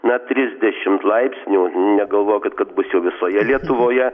na trisdešimt laipsnių negalvokit būs jau visoje lietuvoje